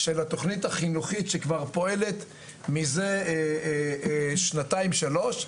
של התוכנית החינוכית שכבר פועלת מזה שנתיים שלוש,